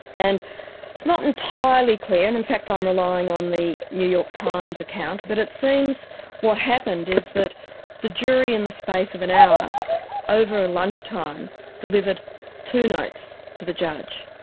and it's not entirely clear, and in fact i'm um relying on the new york times account, but it seems what happened is the the jury in the space of an hour over a lunchtime delivered two notes to the judge.